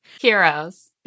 Heroes